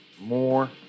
more